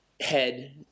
head